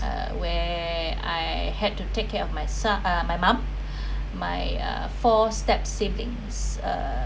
uh where I had to take care of myse~ uh my mom my uh four step siblings uh